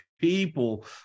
people